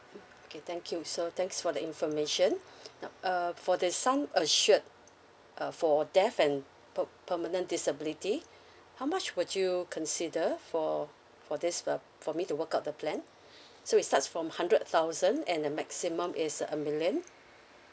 okay thank you so thanks for the information uh for the sum assured uh for death and per~ permanent disability how much would you consider for for this uh for me to work out the plan so it starts from hundred thousand and the maximum is a million